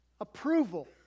approval